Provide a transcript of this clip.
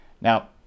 Now